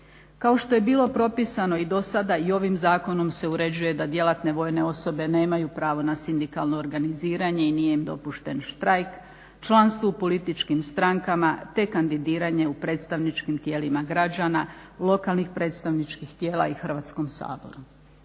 Kao što je bilo propisano i do sada i ovim zakonom se uređuje da djelatne vojne osobe nemaju pravo na sindikalno organiziranje i nije im dopušten štrajk, članstvo u političkim strankama te kandidiranje u predstavničkim tijelima građana, lokalnih predstavničkih tijela i Hrvatskom saboru.